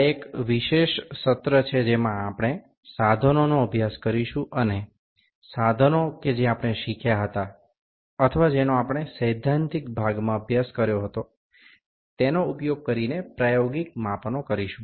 આ એક વિશેષ સત્ર છે જેમાં આપણે સાધનોનો અભ્યાસ કરીશું અને સાધનો કે જે આપણે શીખ્યા હતા અથવા જેનો આપણે સૈદ્ધાંતિક ભાગમાં અભ્યાસ કર્યો હતો તેનો ઉપયોગ કરીને પ્રાયોગિક માપનો કરીશું